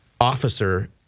officer